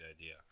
idea